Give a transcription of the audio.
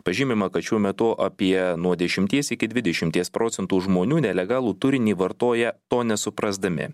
pažymima kad šiuo metu apie nuo dešimties iki dvidešimties procentų žmonių nelegalų turinį vartoja to nesuprasdami